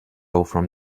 from